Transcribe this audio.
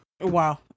Wow